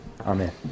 Amen